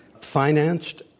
financed